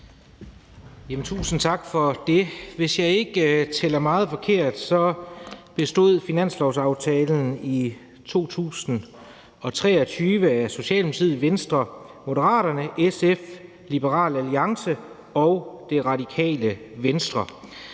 Tusind tak for det. Hvis jeg ikke tæller meget forkert, bestod partierne bag finanslovsaftalen i 2023 af Socialdemokratiet, Venstre, Moderaterne, SF, Liberal Alliance og Radikale Venstre.